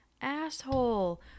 asshole